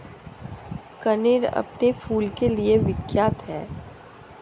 कनेर अपने फूल के लिए विख्यात है